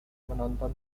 menonton